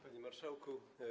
Panie Marszałku!